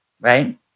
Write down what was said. right